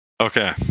Okay